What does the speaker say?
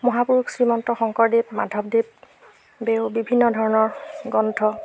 মহাপুৰুষ শ্ৰীমন্ত শংকৰদেৱ মাধৱদেৱেও বিভিন্ন ধৰণৰ গ্ৰন্থ